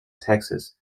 texas